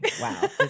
wow